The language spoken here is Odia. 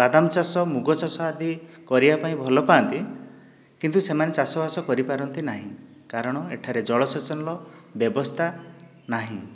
ବାଦାମ ଚାଷ ମୁଗ ଚାଷ ଆଦି କରିବା ପାଇଁ ଭଲପାଆନ୍ତି କିନ୍ତୁ ସେମାନେ ଚାଷବାସ କରିପାରନ୍ତି ନାହିଁ କାରଣ ଏଠାରେ ଜଳ ସେଚନର ବ୍ୟବସ୍ଥା ନାହିଁ